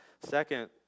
Second